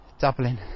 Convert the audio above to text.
Dublin